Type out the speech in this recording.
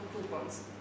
coupons